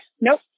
Nope